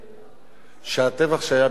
שהטבח שהיה בכפר-קאסם,